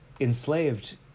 enslaved